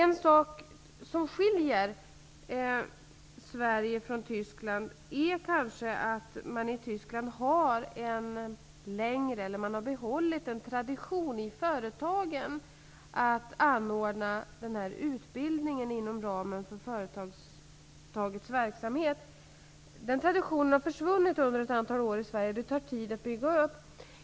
Något som skiljer Sverige från Tyskland är att man i Tyskland har behållit en tradition i företagen att anordna denna utbildning inom ramen för företagets verksamhet. Den traditionen har försvunnit i Sverige, och den tar tid att bygga upp igen.